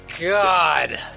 God